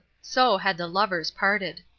so had the lovers parted.